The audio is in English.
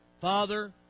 Father